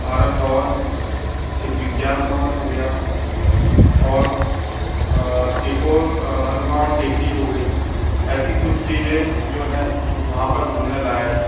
भारत भवन एक विज्ञान भवन हो गया और एक और मनुभावन टेकरी हो गई ऐसी कुछ चीज़ें जो हैं वह वहाँ पर घूमने लायक हैं